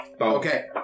Okay